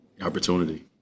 opportunity